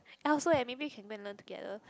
I also eh maybe can go and learn together